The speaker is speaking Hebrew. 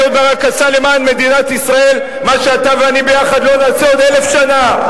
אהוד ברק עשה למען מדינת ישראל מה שאתה ואני ביחד לא נעשה עוד אלף שנה,